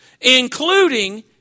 including